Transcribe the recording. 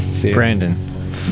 Brandon